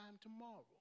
tomorrow